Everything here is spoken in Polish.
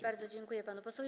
Bardzo dziękuję panu posłowi.